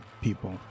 people